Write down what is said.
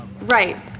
Right